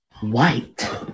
white